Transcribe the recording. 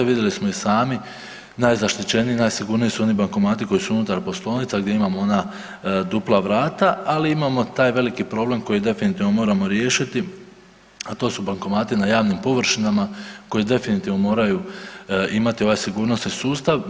A vidjeli smo i sami najzaštićeniji, najsigurniji su oni bankomati koji su unutar poslovica gdje imamo ona dupla vrata, ali imamo taj veliki problem koji definitivno moramo riješiti, a to su bankomati na javnim površinama definitivno moraju imati ovaj sigurnosni sustav.